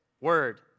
word